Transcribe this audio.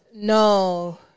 No